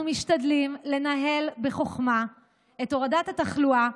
אנחנו משתדלים לנהל בחוכמה את הורדת התחלואה,